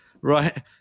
right